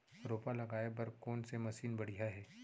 रोपा लगाए बर कोन से मशीन बढ़िया हे?